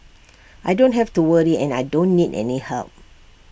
I don't have to worry and I don't need any help